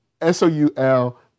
S-O-U-L